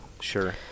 Sure